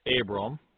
Abram